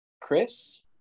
Chris